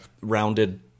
rounded